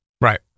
Right